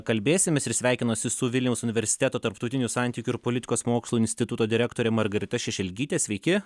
kalbėsimės ir sveikinosi su vilniaus universiteto tarptautinių santykių ir politikos mokslų instituto direktore margarita šešelgyte sveiki